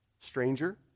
stranger